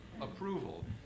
approval